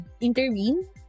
intervene